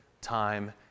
time